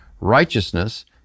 righteousness